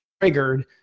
triggered